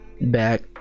back